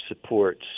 supports